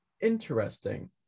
Interesting